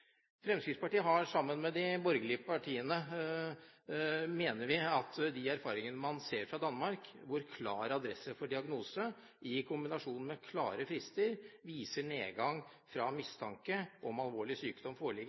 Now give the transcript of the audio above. Fremskrittspartiet, sammen med de borgerlige partiene, mener at de erfaringene man ser fra Danmark, hvor klar adresse for diagnose i kombinasjon med klare frister viser nedgang i tid fra mistanke om at alvorlig sykdom foreligger,